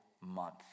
month